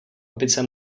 opice